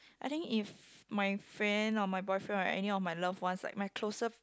I think if my friend or my boyfriend or any of my loved ones like my closer